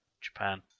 Japan